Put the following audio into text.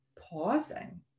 pausing